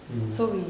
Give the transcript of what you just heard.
mm